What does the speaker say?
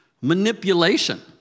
manipulation